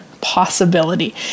Possibility